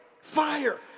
fire